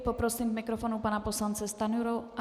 Poprosím k mikrofonu pana poslance Stanjuru.